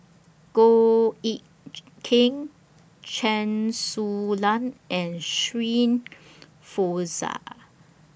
Goh Eck Kheng Chen Su Lan and Shirin Fozdar